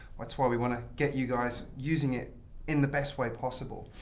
that's why we want to get you guys using it in the best way possible.